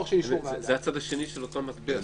זה הצד השני של אותו מטבע.